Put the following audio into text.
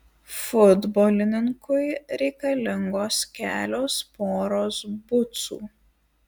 futbolininkui reikalingos kelios poros bucų